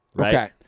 Okay